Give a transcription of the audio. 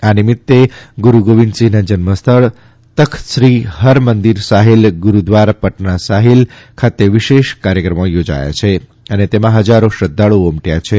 આ નિમિત્તે ગુરૂ ગોવિંદસિંહના જન્મસ્થળ તખ્તશ્રી હરમંદિર સાહિલ ગુરુદ્વારા પટણા સાહિલ ખાતે વિશેષ કાર્યક્રમો યોજાયા છે અને તેમાં હજારો શ્રદ્વાળુઓ ઉમટ્યા છે